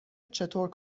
چطور